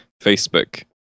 Facebook